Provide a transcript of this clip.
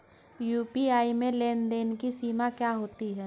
UPI में लेन देन की क्या सीमा होती है?